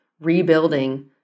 rebuilding